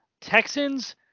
texans